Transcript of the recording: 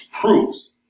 proves